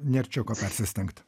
nėr čia ko persistengti